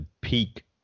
peak